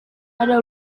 ada